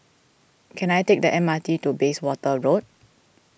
can I take the M R T to Bayswater Road